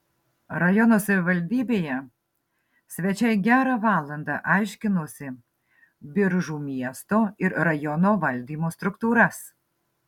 rajono savivaldybėje svečiai gerą valandą aiškinosi biržų miesto ir rajono valdymo struktūras